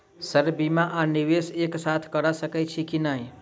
Sir बीमा आ निवेश एक साथ करऽ सकै छी की न ई?